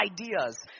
ideas